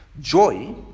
Joy